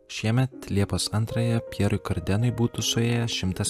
šiemet liepos antrąją pjerui kardenui būtų suėję šimtas